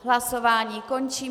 Hlasování končím.